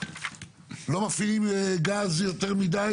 לא מפעילים גז יותר מידי,